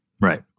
Right